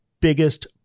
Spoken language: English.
Biggest